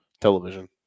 television